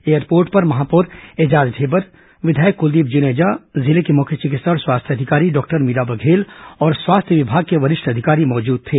airport पर ॅमहापौर एजाज ढेबर विधायक कुलदीप जुनेजा जिले की मुख्य चिकित्सा और स्वास्थ्य अधिकारी डॉक्टर मीरा बघेल और स्वास्थ्य विभाग के वरिष्ठ अधिकारी मौजूद थे